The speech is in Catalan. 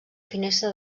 finestra